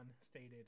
stated